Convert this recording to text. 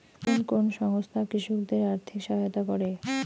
কোন কোন সংস্থা কৃষকদের আর্থিক সহায়তা করে?